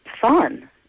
fun